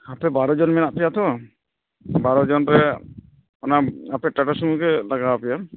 ᱟᱯᱮ ᱵᱟᱨᱚᱡᱚᱱ ᱢᱮᱱᱟᱜ ᱯᱮᱭᱟ ᱛᱚ ᱵᱟᱨᱚ ᱡᱚᱱ ᱨᱮ ᱚᱱᱟ ᱟᱯᱮ ᱴᱟᱴᱟᱥᱚᱢᱩᱜᱮ ᱞᱟᱜᱟᱣ ᱯᱮᱭᱟ